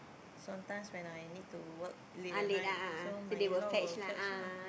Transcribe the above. sometimes when I need to work late at night so my in law will fetch lah